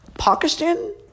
Pakistan